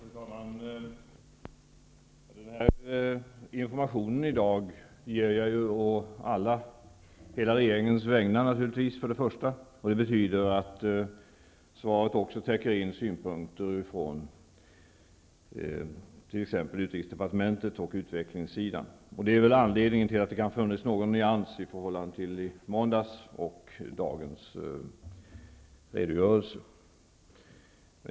Fru talman! Den information jag ger i dag ger jag å hela regeringens vägnar, vilket betyder att informationen också täcker in synpunkter från t.ex. utrikesdepartementet och den avdelning som handhar utvecklingsfrågor. Det är anledningen till att det kan ha funnits nyansskillnader i dagens redogörelse i förhållande till måndagens.